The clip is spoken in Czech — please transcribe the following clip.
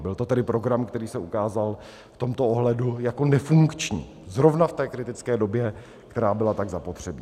Byl to tedy program, který se ukázal v tomto ohledu jako nefunkční, zrovna v té kritické době, která byla tak zapotřebí.